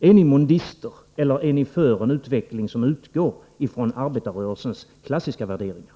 Är ni mondister, eller är ni för en utveckling som utgår från arbetarrörelsens klassiska värderingar?